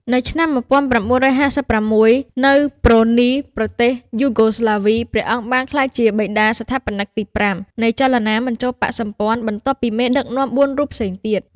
នៅឆ្នាំ១៩៥៦ នៅ ប្រ៊ូនី ប្រទេសយូហ្គោស្លាវី ព្រះអង្គបានក្លាយជាបិតាស្ថាបនិកទី៥ នៃចលនាមិនចូលបក្សសម្ព័ន្ធ បន្ទាប់ពីមេដឹកនាំ៤រូបផ្សេងទៀត។